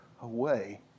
away